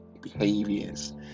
behaviors